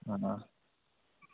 অঁ